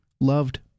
loved